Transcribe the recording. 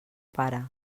pare